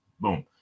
boom